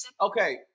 Okay